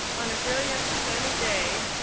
on a brilliant sunny day,